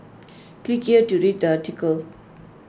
click here to read the article